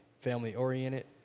family-oriented